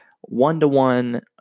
one-to-one